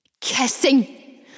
kissing